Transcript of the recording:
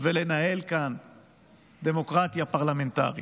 ולנהל כאן דמוקרטיה פרלמנטרית.